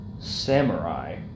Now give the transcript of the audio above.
Samurai